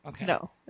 No